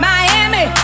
Miami